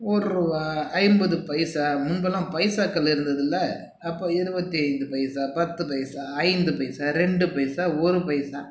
ஒரு ரூபா ஐம்பது பைசா எங்களு பைசாக்கள் இருந்ததில் அப்போது இருபத்தி ஐந்து பைசா பத்து பைசா ஐந்து பைசா ரெண்டு பைசா ஒரு பைசா